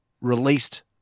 released